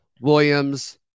Williams